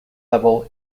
level